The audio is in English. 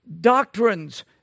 doctrines